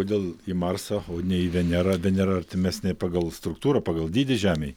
kodėl į marsą o ne į venerą venera artimesnė pagal struktūrą pagal dydį žemei